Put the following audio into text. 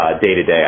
day-to-day